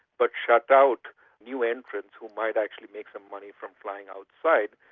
but shut out new entrants who might actually make some money from flying outside.